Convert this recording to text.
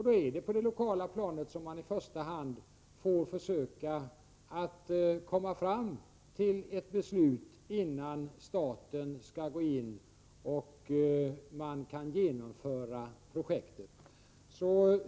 Då är det på det lokala planet som man i första hand får försöka att komma fram till ett beslut, innan staten går in och projektet kan genomföras.